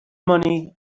money